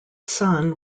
son